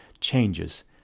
changes